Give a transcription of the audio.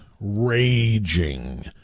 raging